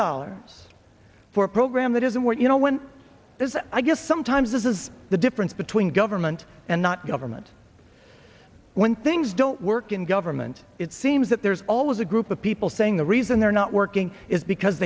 dollars for a program that isn't what you know when it's i guess sometimes this is the difference between government and not government when things don't work in government it seems that there's always a group of people saying the reason they're not working is because